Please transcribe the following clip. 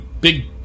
Big